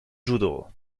judo